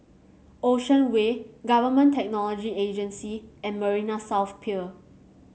Ocean Way Government Technology Agency and Marina South Pier